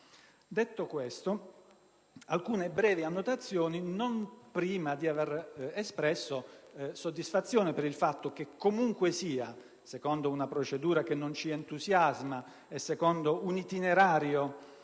Detto questo, vorrei fare alcune brevi notazioni, non prima di aver espresso soddisfazione per il fatto che, comunque sia, secondo una procedura che non ci entusiasma ed un itinerario